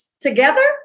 together